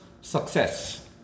success